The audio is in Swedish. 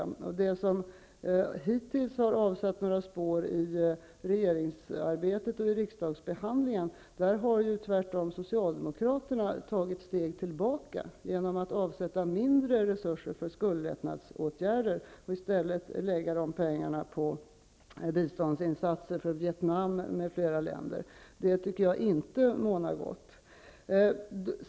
När det gäller det som hittills har avsatt några spår i regeringsarbetet och i riksdagsbehandlingen, har ju tvärtom socialdemokraterna tagit steg tillbaka genom att avsätta mindre resurser för skuldlättnadsåtgärder och i stället lägga pengarna på biståndsinsatser för Vietnam m.fl. länder. Det tycker jag inte bådar gott.